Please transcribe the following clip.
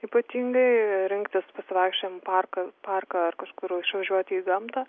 ypatingai rinktis pasivaikščiojimui parką parką ar kažkur išvažiuoti į gamtą